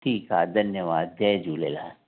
ठीकु आहे धन्यवादु जय झूलेलाल